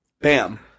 Bam